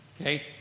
Okay